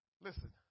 Listen